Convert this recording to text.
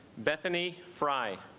bethany frye